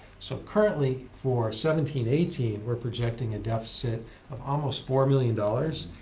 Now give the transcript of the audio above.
so currently for seventeen eighteen we're projecting a deficit of almost four million dollars.